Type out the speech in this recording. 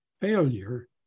failure